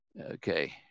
Okay